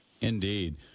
Indeed